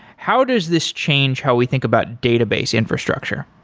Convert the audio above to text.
how does this change how we think about database infrastructure?